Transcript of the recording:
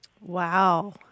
Wow